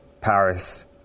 Paris